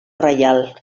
reial